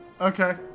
Okay